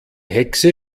hexe